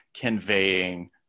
conveying